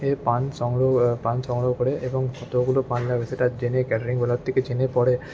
পান সংগ্রহ পান সংগ্রহ করে এবং কতগুলো পান লাগবে সেটা জেনে ক্যাটারিংওলার থেকে জেনে পরে